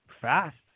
fast